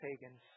pagans